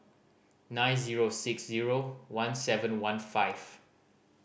nine zero six zero one seven one five